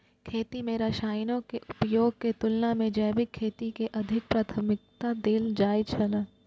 खेती में रसायनों के उपयोग के तुलना में जैविक खेती के अधिक प्राथमिकता देल जाय छला